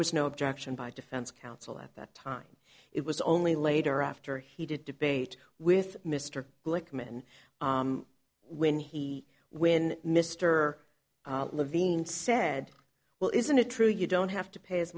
was no objection by defense counsel at that time it was only later after heated debate with mr glickman when he when mr levine said well isn't it true you don't have to pay as